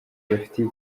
bafitiye